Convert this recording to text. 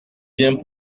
vient